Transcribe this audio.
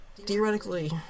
Theoretically